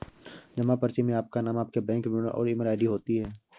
जमा पर्ची में आपका नाम, आपके बैंक विवरण और ईमेल आई.डी होती है